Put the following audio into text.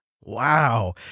Wow